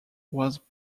was